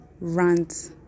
rant